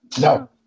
No